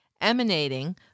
emanating